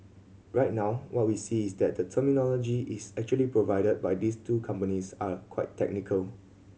right now what we see is that the terminology is actually provided by these two companies are quite technical